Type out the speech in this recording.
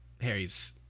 Harry's